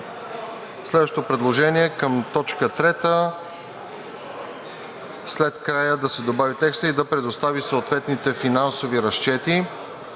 Следващото предложение е към т. 3 – след края да се добави текстът „и да предостави съответните финансови разчети“.